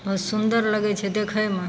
सुन्दर लगय छै देखयमे